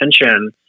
attention